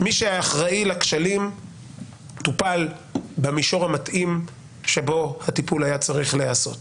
מי שאחראי על הכשלים טופל במישור המתאים שבו הטיפול היה צריך להיעשות.